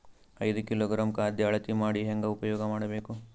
ಐದು ಕಿಲೋಗ್ರಾಂ ಖಾದ್ಯ ಅಳತಿ ಮಾಡಿ ಹೇಂಗ ಉಪಯೋಗ ಮಾಡಬೇಕು?